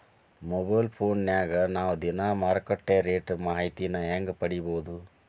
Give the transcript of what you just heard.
Mobile ಫೋನ್ಯಾಗ ನಾವ್ ದಿನಾ ಮಾರುಕಟ್ಟೆ ರೇಟ್ ಮಾಹಿತಿನ ಹೆಂಗ್ ಪಡಿಬೋದು?